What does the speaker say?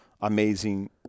amazing